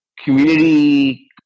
community